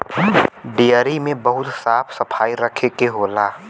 dairy में बहुत साफ सफाई रखे के होला